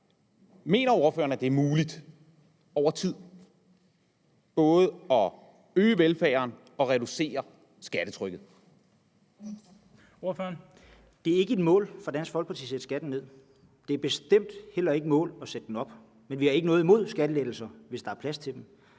Ordføreren. Kl. 13:12 René Christensen (DF): Det er ikke et mål for Dansk Folkeparti at sætte skatten ned, og det er bestemt heller ikke et mål at sætte den op, men vi har ikke noget imod skattelettelser, hvis der er plads til dem.